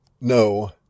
no